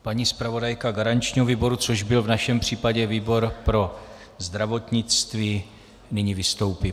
Paní zpravodajka garančního výboru, což byl v našem případě výbor pro zdravotnictví, nyní vystoupí.